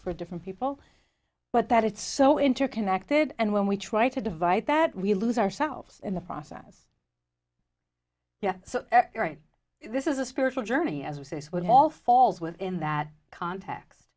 for different people but that it's so interconnected and when we try to divide that we lose ourselves in the process yeah right this is a spiritual journey as we say this would have all falls within that context